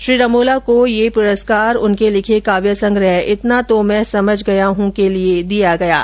श्री रमोला को यह पुरस्कार उनके लिखे काव्य संग्रह इतना तो मैं समझ गया हूँ के लिए दिया गया है